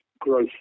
growth